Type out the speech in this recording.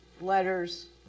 letters